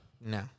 No